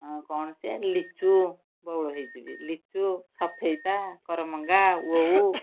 କୌଣସି ଲିଚୁ ବଉଳ ହେଇଛି ବି ଲିଚୁ ସପେଟା କରମଙ୍ଗା ଓଉ